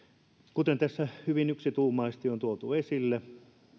kuten tässä hyvin yksituumaisesti on tuotu esille